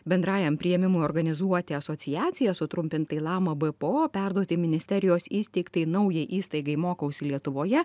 bendrajam priėmimui organizuoti asociacija sutrumpintai lama bpo perduoti ministerijos įsteigtai naujai įstaigai mokausi lietuvoje